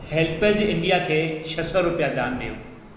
HelpAge India खे छह सौ रुपया दान ॾियो